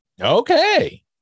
Okay